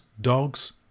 dogs